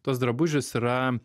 tuos drabužius yra